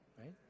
right